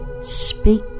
speak